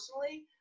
personally